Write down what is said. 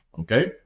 Okay